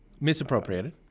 Misappropriated